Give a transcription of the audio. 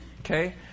Okay